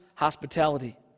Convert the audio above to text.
hospitality